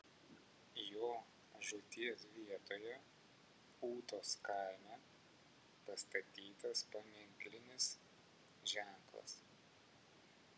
jo žūties vietoje ūtos kaime pastatytas paminklinis ženklas